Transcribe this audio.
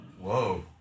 Whoa